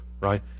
right